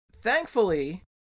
Thankfully